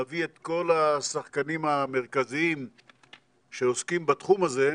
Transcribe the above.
נביא את כל השחקנים המרכזיים שעוסקים בתחום הזה.